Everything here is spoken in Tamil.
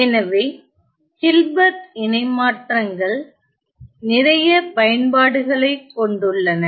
எனவே ஹில்பர்ட் இணைமாற்றங்கள் நிறைய பயன்பாடுகளைக் கொண்டுள்ளன